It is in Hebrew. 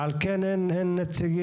על כן אין נציגים.